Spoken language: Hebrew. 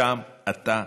שם אתה נכשל.